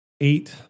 Eight